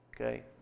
Okay